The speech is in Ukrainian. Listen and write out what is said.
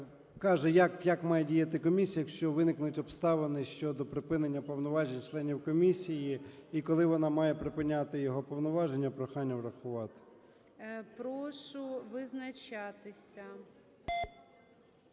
як має діяти комісія, якщо виникнуть обставини щодо припинення повноважень членів комісії, і коли вона має припиняти його повноваження. Прохання врахувати. ГОЛОВУЮЧИЙ. Прошу визначатися.